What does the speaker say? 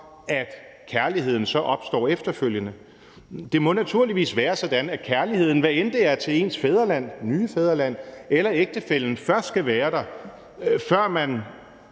at kærligheden så opstår efterfølgende. Det må naturligvis være sådan, hvad enten det er til ens fædreland, nye fædreland eller ægtefællen først skal være der, før man